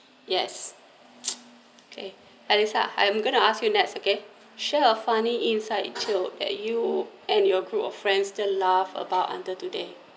yes okay alyssa I'm gonna ask you next okay share a funny inside joke that you and your group of friends still laugh about until today